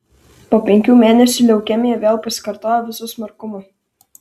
po penkių mėnesių leukemija vėl pasikartojo visu smarkumu